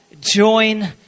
join